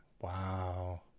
Wow